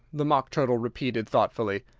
the mock turtle repeated thoughtfully.